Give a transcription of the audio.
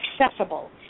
accessible